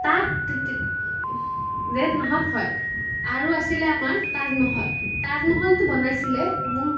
তাত জেঠ মাহত হয় আৰু আছিলে আমাৰ তাজ মহল তাজ মহলটো বনাইছিলে